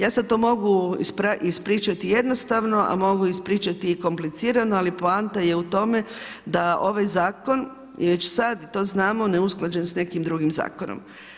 Ja sada to mogu ispričati jednostavno, a mogu ispričati i komplicirano, ali poanta je u tome da ovaj zakon je već sada i to znamo neusklađen s nekim drugim zakonom.